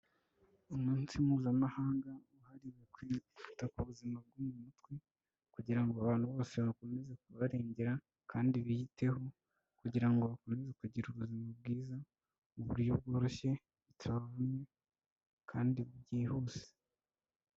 Umunsi mpuzamahanga wahariwe kwita ku buzima bwo mu mutwe kugira ngo abantu bose bakomeze kubarengera kandi biyiteho kugira ngo bakomeze kugira ubuzima bwiza, mu buryo bworoshye butavunnye kandi bwihuse.